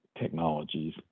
Technologies